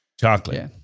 chocolate